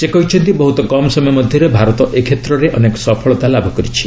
ସେ କହିଛନ୍ତି ବହୁତ କମ୍ ସମୟ ମଧ୍ୟରେ ଭାରତ ଏ କ୍ଷେତ୍ରରେ ଅନେକ ସଫଳତା ଲାଭ କରିଛି